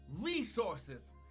resources